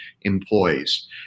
employees